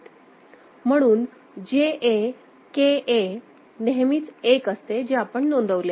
म्हणून JA KA नेहमीच 1 असते जे आपण नोंदवले आहे